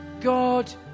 God